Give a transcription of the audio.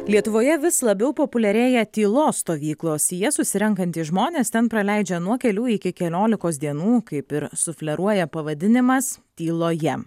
lietuvoje vis labiau populiarėja tylos stovyklos į jas susirenkantys žmonės ten praleidžia nuo kelių iki keliolikos dienų kaip ir sufleruoja pavadinimas tyloje